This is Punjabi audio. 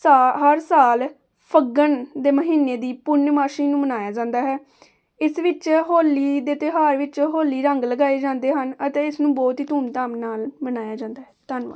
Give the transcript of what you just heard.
ਸਾ ਹਰ ਸਾਲ ਫੱਗਣ ਦੇ ਮਹੀਨੇ ਦੀ ਪੂਰਨਮਾਸ਼ੀ ਨੂੰ ਮਨਾਇਆ ਜਾਂਦਾ ਹੈ ਇਸ ਵਿੱਚ ਹੋਲੀ ਦੇ ਤਿਉਹਾਰ ਵਿੱਚ ਹੋਲੀ ਰੰਗ ਲਗਾਏ ਜਾਂਦੇ ਹਨ ਅਤੇ ਇਸ ਨੂੰ ਬਹੁਤ ਹੀ ਧੂਮ ਧਾਮ ਨਾਲ ਮਨਾਇਆ ਜਾਂਦਾ ਹੈ ਧੰਨਵਾਦ